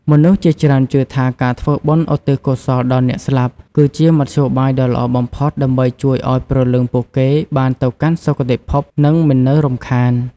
មនុស្សជាច្រើនជឿថាការធ្វើបុណ្យឧទ្ទិសកុសលដល់អ្នកស្លាប់ គឺជាមធ្យោបាយដ៏ល្អបំផុតដើម្បីជួយឱ្យព្រលឹងពួកគេបានទៅកាន់សុគតិភព និងមិននៅរំខាន។